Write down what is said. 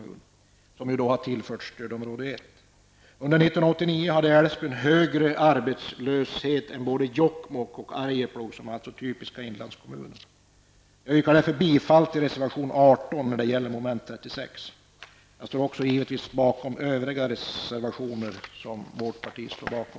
Under 1989 hade Älvsbyn större arbetslöshet än både Jokkmokk och Arjeplog, som är typiska inlandskommuner. Jag yrkar därför bifall till reservation 18 i mom. 36. Jag står givetvis bakom övriga reservationer där vårt parti finns med.